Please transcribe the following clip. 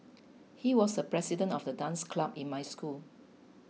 he was the president of the dance club in my school